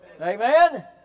amen